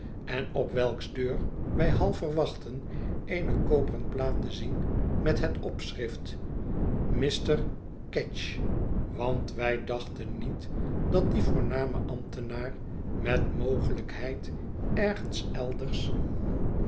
en op welks deur wij half verwachtten eene koperen plaat te zien met het opschrift mr ketch want wij dachten niet dat die voorname ambtenaar met mogelijkheid ergens elders